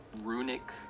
runic